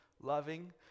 loving